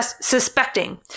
suspecting